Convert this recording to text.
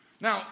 Now